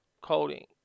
coding